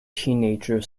teenager